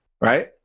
right